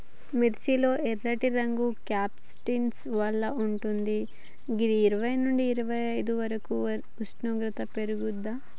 మిర్చి లో ఎర్రటి రంగు క్యాంప్సాంటిన్ వల్ల వుంటది గిది ఇరవై నుండి ఇరవైఐదు ఉష్ణోగ్రతలో పెర్గుతది